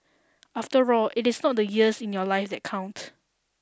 after all it is not the years in your life that count